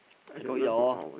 I go eat [liao] lor